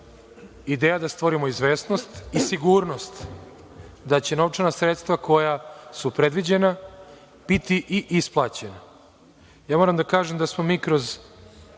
ideja da stvorimo izvesnost i sigurnost da će novčana sredstva koja su predviđena biti i isplaćena. Moram da kažem da smo mi kroz